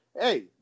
Hey